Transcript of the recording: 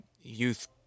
youth